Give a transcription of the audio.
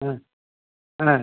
ആ ആ